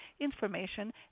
information